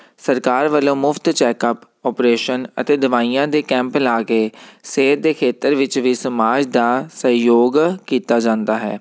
ਸਰਕਾਰ ਵੱਲੋਂ ਮੁਫਤ ਚੈਕਅਪ ਓਪਰੇਸ਼ਨ ਅਤੇ ਦਵਾਈਆਂ ਦੇ ਕੈਂਪ ਲਾ ਕੇ ਸਿਹਤ ਦੇ ਖੇਤਰ ਵਿੱਚ ਵੀ ਸਮਾਜ ਦਾ ਸਹਿਯੋਗ ਕੀਤਾ ਜਾਂਦਾ ਹੈ